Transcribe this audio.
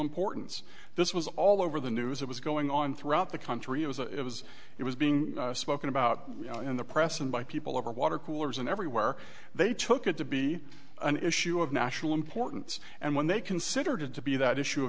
importance this was all over the news it was going on throughout the country it was a was it was being spoken about in the press and by people over water coolers and everywhere they took it to be an issue of national importance and when they considered it to be that issue of